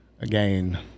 again